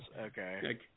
Okay